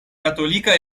katolika